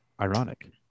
Ironic